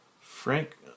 Frank